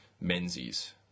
Menzies